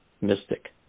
mystic